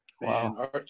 Wow